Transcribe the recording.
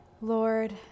Lord